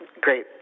Great